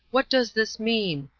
what does this mean?